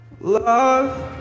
Love